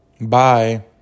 bye